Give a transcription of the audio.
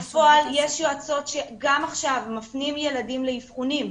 בפועל יש יועצים שגם עכשיו מפנים ילדים לאבחונים.